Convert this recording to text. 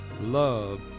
love